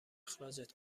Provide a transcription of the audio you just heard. اخراجت